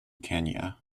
kenya